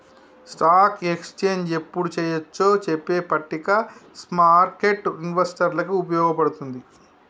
stock exchange యెప్పుడు చెయ్యొచ్చో చెప్పే పట్టిక స్మార్కెట్టు ఇన్వెస్టర్లకి వుపయోగపడతది